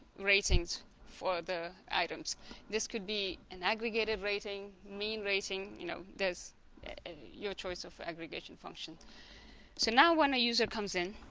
ratings for the items this could be an aggregated rating mean rating you know there's your choice of aggregation function so now when a user comes in